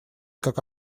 как